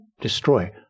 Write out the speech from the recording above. destroy